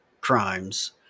crimes